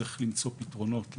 צריך למצוא פתרונות לאגירה,